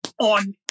on